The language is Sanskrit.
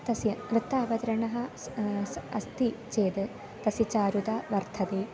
तस्य नृत्तावद्रणः सः अस्ति चेद् तस्य चुरुदा वर्धते